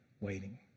waiting